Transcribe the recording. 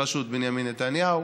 בראשות בנימין נתניהו.